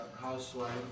housewife